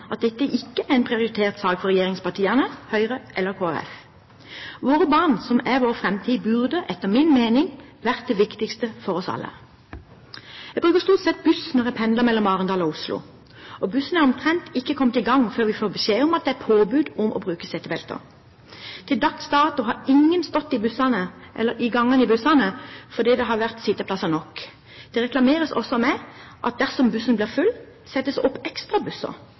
at det ikke er en prioritert sak for regjeringspartiene, for Høyre og for Kristelig Folkeparti. Våre barn som er vår framtid, burde etter min mening vært det viktigste for oss alle. Jeg bruker stort sett buss når jeg pendler mellom Arendal og Oslo. Bussen har omtrent ikke kommet i gang før vi får beskjed om at det er påbud om å bruke setebelter. Til dags dato har ingen stått i gangene i bussene fordi det har vært sitteplasser nok. Det reklameres også med at dersom bussen blir full, settes det opp